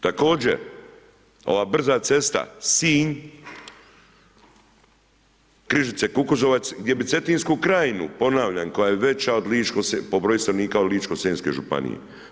Također ova brza cesta Sinj-Križice-Kukuzovac gdje bi Cetinsku krajinu, ponavljam koja je veća po broju stanovnika od Ličko-senjske županije.